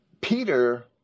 Peter